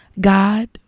God